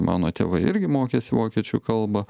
mano tėvai irgi mokėsi vokiečių kalbą